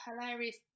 hilarious